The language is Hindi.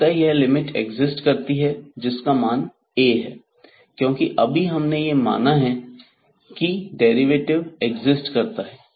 अर्थात यह लिमिट एक्सिस्ट करती है जिसका मान A है क्योंकि अभी हम ने यह माना है की डेरिवेटिव एक्सिस्ट करता है